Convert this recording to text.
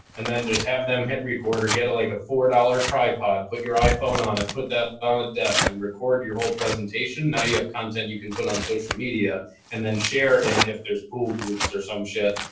and then just have them hit record or get a like a four dollars tripod. put your iphone on it, put that on a desk and record your whole presentation. now you have content you can put on social media and then share and if there's pool groups or some shit,